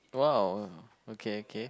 !wow! oh okay okay